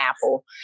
Apple